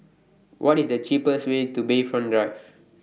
What IS The cheapest Way to Bayfront Drive